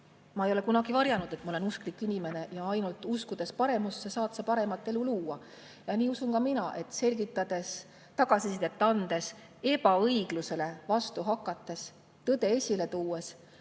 Ma ei ole kunagi varjanud, et ma olen usklik inimene, ja ainult uskudes paremasse, saad sa paremat elu luua. Nii usun ka mina, et selgitades, tagasisidet andes, ebaõiglusele vastu hakates, tõde esile tuues